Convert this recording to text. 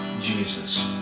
Jesus